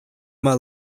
uma